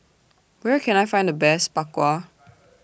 Where Can I Find The Best Bak Kwa